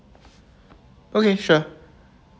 okay sure